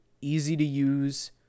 easy-to-use